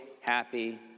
happy